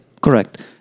Correct